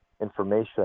information